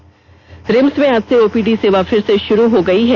त् रिम्स में आज से ओपीडी सेवा फिर से शुरू हो गई है